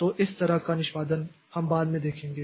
तो इस तरह का निष्पादन हम बाद में देखेंगे